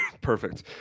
perfect